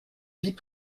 vie